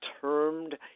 termed